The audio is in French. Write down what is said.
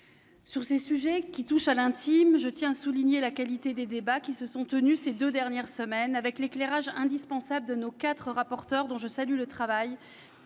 Sur ces sujets qui touchent à l'intime, je tiens à souligner la qualité des débats qui se sont tenus ces deux dernières semaines, avec l'éclairage indispensable de nos quatre rapporteurs, dont je salue le travail.